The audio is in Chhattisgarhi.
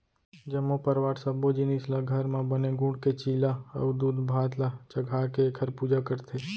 जम्मो परवार सब्बो जिनिस ल घर म बने गूड़ के चीला अउ दूधभात ल चघाके एखर पूजा करथे